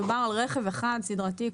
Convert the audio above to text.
מדובר על רכב אחד סדרתי,